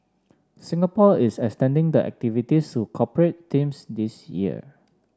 Singapore is extending the activities to corporate teams this year